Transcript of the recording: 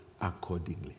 accordingly